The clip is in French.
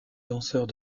danseurs